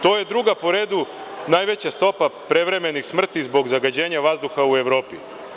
To je druga po redu najveća stopa prevremenih smrtni zbog zagađenja vazduha u Evropi.